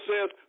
says